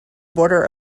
border